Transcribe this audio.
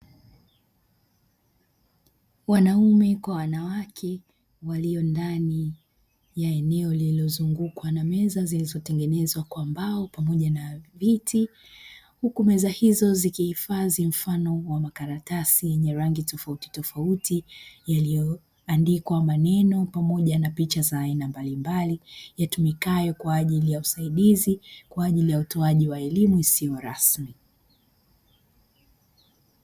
Wanaume kwa wanawake walio ndani ya eneo lililozungukwa na meza zilizotengenezwa kwa mbao pamoja na viti huku meza hizo zikihifadhi mfano wa karatasi, wenye toffauti iliyoandikwa maneno pamoja na picha mbalimbali yanayotumika kama usaidizi katika kutoa elimu ya vitu mbalimbali.